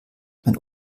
mein